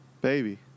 baby